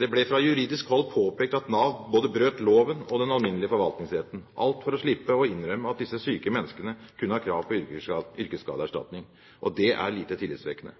Det ble fra juridisk hold påpekt at Nav brøt både loven og den alminnelige forvaltningsretten – alt for å slippe å innrømme at disse syke menneskene kunne ha krav på yrkesskadeerstatning. Det er lite tillitsvekkende.